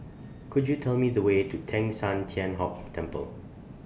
Could YOU Tell Me The Way to Teng San Tian Hock Temple